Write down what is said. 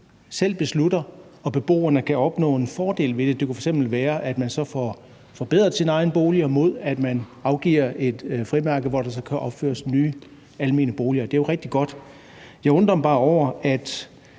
selv beslutter, og beboerne kan opnå en fordel ved det. Det kunne f.eks. være, at man får forbedret sin egen bolig, mod at man afgiver et frimærke, hvor der så kan opføres nye almene boliger. Det er jo rigtig godt. Jeg undrer mig bare over, at